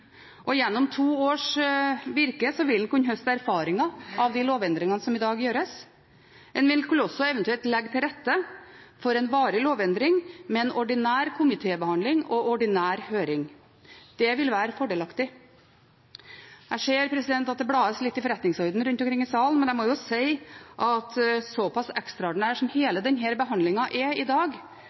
og gjennom to års virke vil en kunne høste erfaringer av de lovendringene som i dag gjøres. En vil også eventuelt kunne legge til rette for en varig lovendring med en ordinær komitébehandling og en ordinær høring. Det vil være fordelaktig. Jeg ser at det blas litt i forretningsordenen rundt omkring i salen, men jeg må jo si at såpass ekstraordinær som hele denne behandlingen er her i dag,